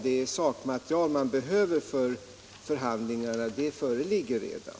Det sakmaterial man behöver för förhandlingarna föreligger redan.